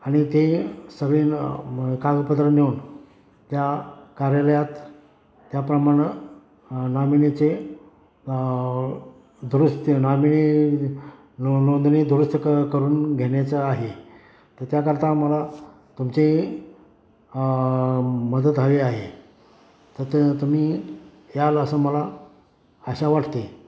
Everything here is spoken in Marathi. आणि ते सगळे न म कागदपत्र नेऊन त्या कार्यालयात त्याप्रमाणं नॉमिनीचे दुरुस्ती नॉमिनी नो नोंदणी दुरुस्त क करून घेण्याचं आहे तर त्याकरता मला तुमची मदत हवी आहे तर तुम्ही याल असं मला आशा वाटते